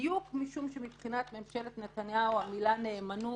בדיוק משום שמבחינת ממשלת נתניהו המילה "נאמנות"